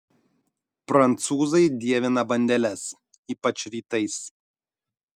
prancūzai dievina bandeles ypač rytais